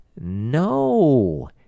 No